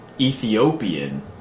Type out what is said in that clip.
Ethiopian